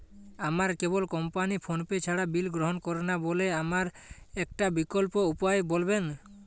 আমার cable company PhonePe ছাড়া bill গ্রহণ করে না বলে আমার একটা বিকল্প উপায় বলবেন?